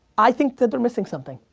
i think that they're missing something,